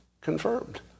Confirmed